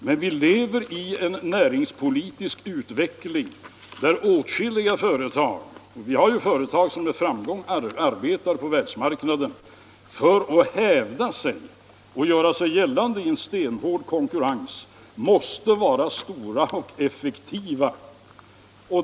Men vi lever i en näringspolitisk utveckling där åtskilliga företag — vi har ju flera företag som med framgång arbetar på världsmarknaden — för att hävda sig i en stenhård konkurrens måste vara stora och effektiva.